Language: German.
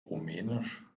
rumänisch